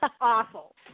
awful